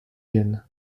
viennent